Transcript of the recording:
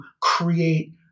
create